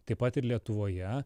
taip pat ir lietuvoje